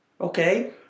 Okay